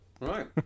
Right